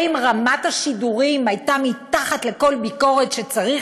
האם רמת השידורים הייתה מתחת לכל ביקורת וצריך